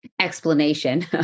explanation